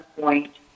point